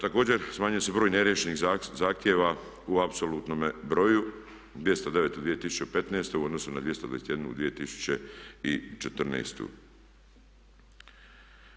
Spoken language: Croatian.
Također smanjuje se broj neriješenih zahtjeva u apsolutnome broju 209 u 2015. u odnosu na 221 u 2014. godini.